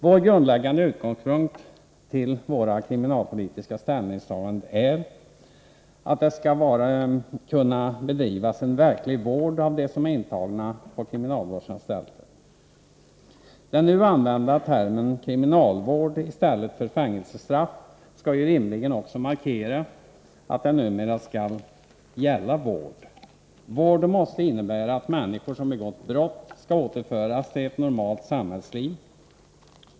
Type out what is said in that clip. Den grundläggande utgångspunkten för våra kriminalpolitiska ställningstaganden är att det skall kunna bedrivas en verklig vård av dem som är intagna på kriminalvårdsanstalter. Den nu använda termen ”kriminalvård” i stället för fängelsestraff skall ju rimligen också markera att det numera skall gälla vård. Vård måste innebära att människor som begått brott skall återföras till ett normalt samhällsliv.